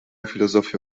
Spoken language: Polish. filozofia